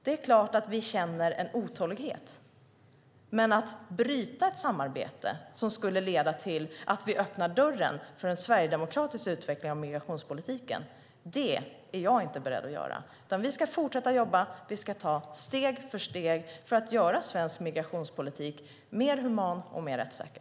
Det är klart att vi känner en otålighet, men att bryta ett samarbete skulle kunna leda till att vi öppnar dörren för en sverigedemokratisk utveckling av migrationspolitiken, och det är jag inte beredd att göra. Vi ska fortsätta att jobba och ta steg för steg för att göra svensk migrationspolitik mer human och mer rättssäker.